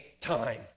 time